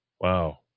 Wow